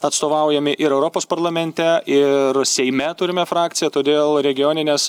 atstovaujami ir europos parlamente ir seime turime frakciją todėl regioninės